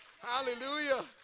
Hallelujah